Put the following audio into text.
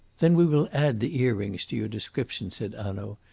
then we will add the earrings to your description, said hanaud,